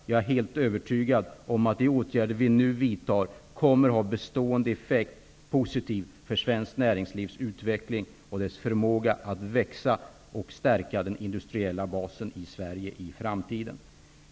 Jag är helt övertygad om att de åtgärder som vi nu vidtar kommer att ha en bestående och positiv effekt för svenskt näringslivs utveckling och förmåga att växa och att stärka den industriella basen i Sverige i framtiden.